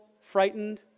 frightened